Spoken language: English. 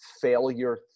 failure